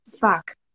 fuck